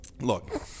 Look